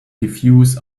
diffuse